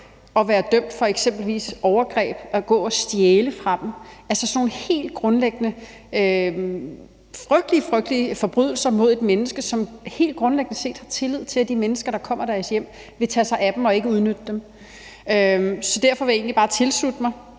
så være dømt for eksempelvis overgreb og gå og stjæle fra dem; altså sådan nogle helt grundlæggende frygtelige, frygtelige forbrydelser mod mennesker, som helt grundlæggende har tillid til, at de mennesker, der kommer i deres hjem, vil tage sig af dem og ikke udnytte dem. Så derfor vil jeg egentlig bare tilslutte mig,